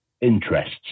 interests